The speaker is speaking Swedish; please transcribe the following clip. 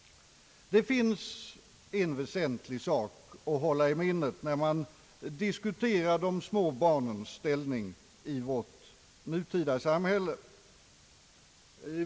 Det finns en väsentlig sak att hålla i minnet när man diskuterar de små barnens ställning i vårt nutida samhälle.